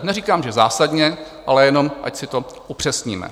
Neříkám, že zásadně, ale jenom ať si to upřesníme.